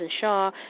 Shaw